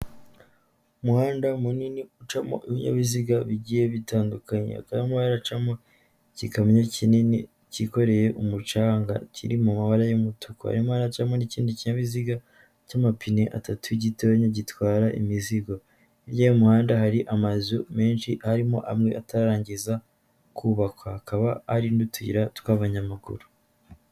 Umuhanda munini ucamo ibinyabiziga bigiye bitandukanye, hakabamo haracamo igikamyo kinini cyikoreye umucanga kirimo amabara y'umutuku, harimo haracamo n'ikindi kinyabiziga cy'amapine atatu gitoya gitwara imizigo, hirya y'umuhanda hari amazu menshi arimo amwe atarangiza kubakwa, hakaba hari n'utuyira tw'abanyamaguru.